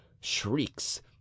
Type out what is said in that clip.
shrieks